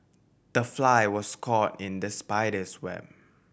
the fly was caught in the spider's web